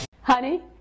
Honey